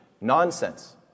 Nonsense